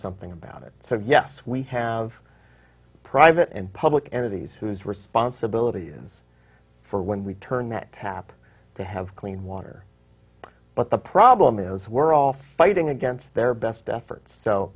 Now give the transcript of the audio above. something about it so yes we have private and public entities whose responsibility is for when we turn that tap to have clean water but the problem is we're all fighting against their best efforts so